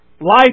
life